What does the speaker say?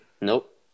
Nope